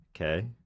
Okay